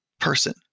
person